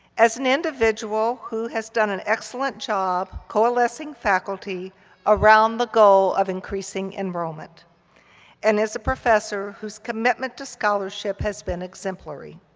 as an individual who has done an excellent job coalescing faculty around the goal of increasing enrollment and is a professor whose commitment to scholarship has been exemplary.